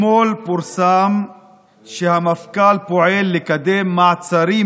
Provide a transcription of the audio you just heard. אתמול פורסם שהמפכ"ל פועל לקדם מעצרים